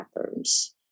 patterns